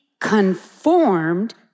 conformed